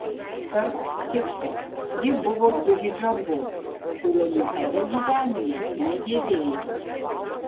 tarp kitko ji buvo su hidžabu kurio niekada gyvenime nedėvėjo